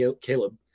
Caleb